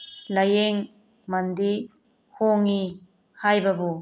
ꯂꯥꯏꯌꯦꯡꯃꯟꯗꯤ ꯍꯣꯡꯉꯤ ꯍꯥꯏꯕꯕꯨ